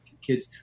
kids